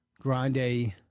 Grande